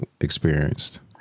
experienced